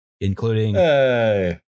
including